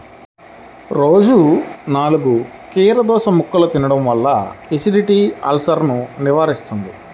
రోజూ నాలుగు కీరదోసముక్కలు తినడం వల్ల ఎసిడిటీ, అల్సర్సను నివారిస్తుంది